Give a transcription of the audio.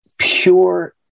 Pure